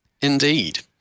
indeed